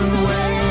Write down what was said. away